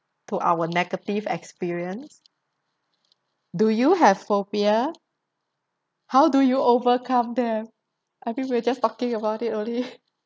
to our negative experience do you have phobia how do you overcome them I think we're just talking about it earlier